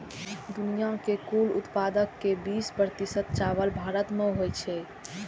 दुनिया के कुल उत्पादन के बीस प्रतिशत चावल भारत मे होइ छै